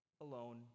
alone